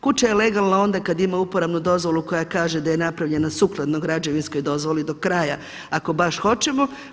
Kuća je legalna onda kada ima uporabnu dozvolu koja kaže da je napravljena sukladno građevinskoj dozvoli do kraja ako baš hoćemo.